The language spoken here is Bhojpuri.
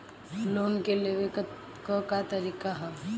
लोन के लेवे क तरीका का ह?